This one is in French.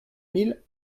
mille